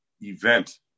event